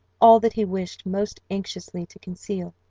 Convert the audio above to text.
all that he wished most anxiously to conceal.